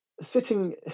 sitting